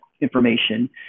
information